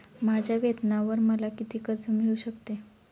माझ्या वेतनावर मला किती कर्ज मिळू शकते?